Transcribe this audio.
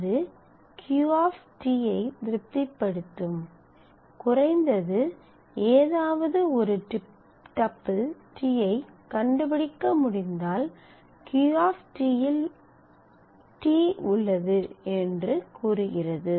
அது Q ஐ திருப்திப்படுத்தும் குறைந்தது ஏதாவது ஒரு டப்பிள் t ஐ கண்டுபிடிக்க முடிந்தால் Q இல் t உள்ளது என்று கூறுகிறது